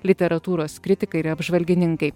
literatūros kritikai ir apžvalgininkai